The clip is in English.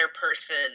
person